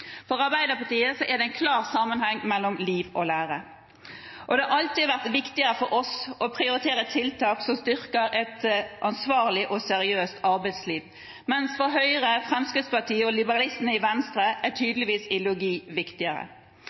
For Arbeiderpartiet er det en klar sammenheng mellom liv og lære, og det har alltid vært viktig for oss å prioritere tiltak som styrker et ansvarlig og seriøst arbeidsliv, mens for Høyre, Fremskrittspartiet og liberalistene i Venstre er tydeligvis ideologi viktigere.